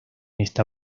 esta